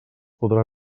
podrà